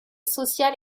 social